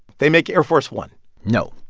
they make air force one no.